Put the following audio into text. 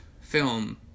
film